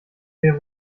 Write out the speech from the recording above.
wir